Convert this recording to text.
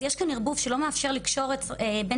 אז יש כאן ערבוב שלא מאפשר לקשור בין